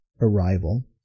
arrival